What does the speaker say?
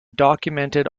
documented